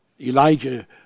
Elijah